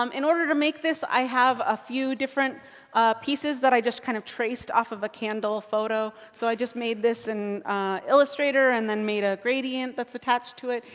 um in order to make this, i have a few different pieces that i just kind of traced off of a candle photo. so i just made this in illustrator, and then made a gradient that's attached to it.